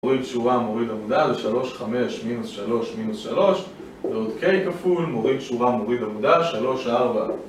מוריד שורה מוריד עמודה, זה 35 מינוס 3 מינוס 3, ועוד K כפול, מוריד שורה מוריד עמודה, 34